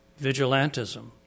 vigilantism